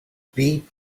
beat